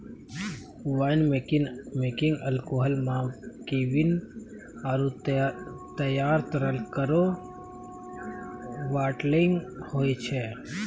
wine making alcohol म किण्वन आरु तैयार तरल केरो बाटलिंग होय छै